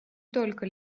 только